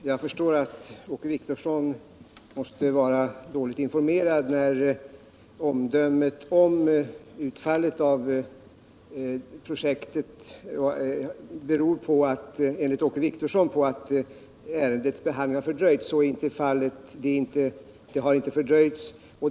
Herr talman! Jag förstår att Åke Wictorsson måste vara dåligt informerad, när omdömet om utfallet av projektet enligt honom beror på att ärendets behandling har fördröjts. Så är inte fallet; det har inte fördröjts.